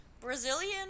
Brazilian